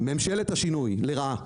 ממשלת השינוי, לרעה.